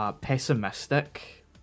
Pessimistic